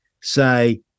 say